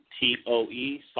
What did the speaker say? T-O-E